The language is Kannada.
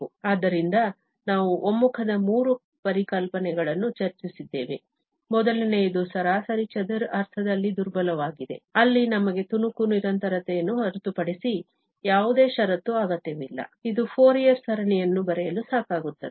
ಆದ್ದರಿಂದ ನಾವು ಒಮ್ಮುಖದ ಮೂರು ಪರಿಕಲ್ಪನೆಗಳನ್ನು ಚರ್ಚಿಸಿದ್ದೇವೆ ಮೊದಲನೆಯದು ಸರಾಸರಿ ಚದರ ಅರ್ಥದಲ್ಲಿ ದುರ್ಬಲವಾಗಿದೆ ಅಲ್ಲಿ ನಮಗೆ ತುಣುಕು ನಿರಂತರತೆಯನ್ನು ಹೊರತುಪಡಿಸಿ ಯಾವುದೇ ಷರತ್ತು ಅಗತ್ಯವಿಲ್ಲ ಇದು ಫೋರಿಯರ್ ಸರಣಿಯನ್ನು ಬರೆಯಲು ಸಾಕಾಗುತ್ತದೆ